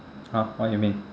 !huh! what you mean